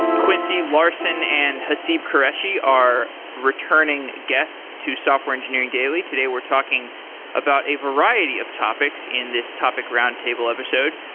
quincy larson and haseeb qureshi are returning guests to software engineering daily. today, we're talking about a variety of topics in this topic roundtable episode.